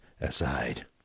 aside